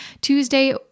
Tuesday